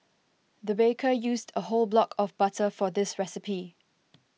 the baker used a whole block of butter for this recipe